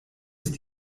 ist